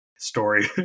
story